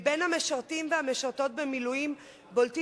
בין המשרתים והמשרתות במילואים בולטים